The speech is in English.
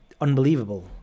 unbelievable